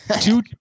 Two